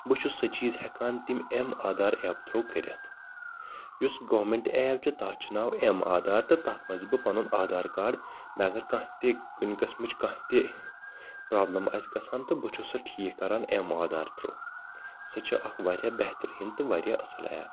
بہٕ چھُس سُہ چیٖز ہٮ۪کان تٔمۍ أمۍ آدھار اٮ۪پ تھرو کٔرِتھ یُس گورمنٛٹ ایپ چھِ تتھ چھِ ناو ایم آدھار تہٕ تتھ منٛز چھُس بہٕ پَنُن آدھار کارڈ مےٚ اگر کانٛہہ تہِ کُنہِ قسمٕچ کانٛہہ تہِ پرابلٕم آسہِ گژھان تہِ بہٕ چھُس سۄ ٹھیٖک کران ایم آدھار تھرو سۄ چھِ اکھ واریاہ بہتریٖن تہٕ واریاہ اصٕل اٮ۪پ